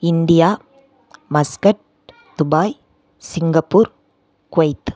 India Muscat Dubai Singapore Kuwait